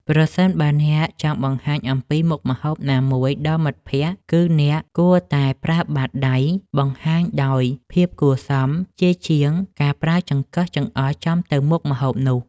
ប្រសិនបើអ្នកចង់បង្ហាញអំពីមុខម្ហូបណាមួយដល់មិត្តភក្តិ គឺ អ្នកគួរតែប្រើបាតដៃបង្ហាញដោយភាពគួរសមជាជាងការប្រើចង្កឹះចង្អុលចំទៅមុខម្ហូបនោះ។